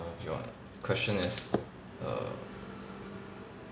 your question is err